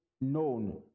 known